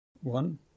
One